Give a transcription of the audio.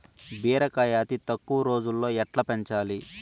బీరకాయ అతి తక్కువ రోజుల్లో ఎట్లా పెంచాలి?